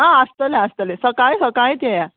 आं आसतलें आसतलें सकाळीं सकाळीं येया